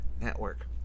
Network